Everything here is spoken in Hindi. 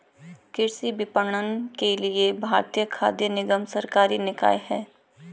कृषि विपणन के लिए भारतीय खाद्य निगम सरकारी निकाय है